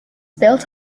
built